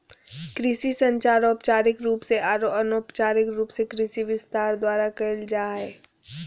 कृषि संचार औपचारिक रूप से आरो अनौपचारिक रूप से कृषि विस्तार द्वारा कयल जा हइ